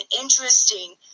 interesting